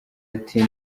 ati